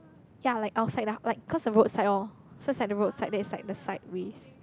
ya like outside lah like cause the roadside loh so is like the roadside that side the sideways